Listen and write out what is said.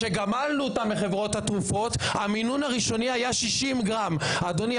קראנו להם קורבנות חברות התרופות המינון הראשוני היה 60 גרם אדוני,